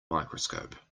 microscope